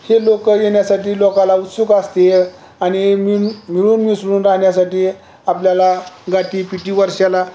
हे लोकं येण्यासाठी लोकाला उत्सुक असतात आणि मिळून मिसळून राहन्यासाठी आपल्याला गाठीभेटी वर्षाला